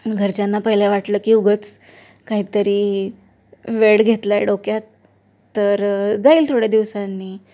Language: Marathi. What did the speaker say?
घरच्यांना पहिले वाटलं की उगाच काही तरी वेड घेतलं आहे डोक्यात तर जाईल थोड्या दिवसांनी